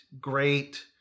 great